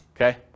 Okay